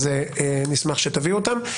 אז נשמח שתביאו אותם.